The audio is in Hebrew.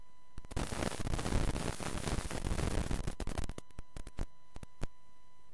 זאת, מי שנמצא בשטח, אם אני פה, סימן שזה